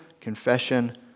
confession